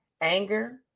anger